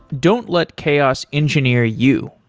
don't let chaos engineer you.